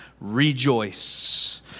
rejoice